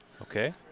Okay